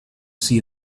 see